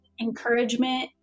encouragement